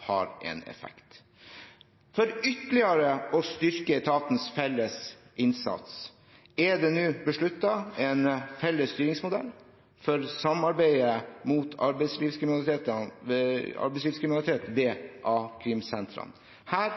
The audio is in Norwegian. har en effekt. For ytterligere å styrke etatenes felles innsats er det nå besluttet en felles styringsmodell for samarbeidet mot arbeidslivskriminalitet ved a-krimsentrene. Her